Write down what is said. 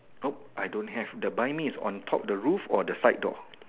nope I don't have the buy me is on top the roof or the side door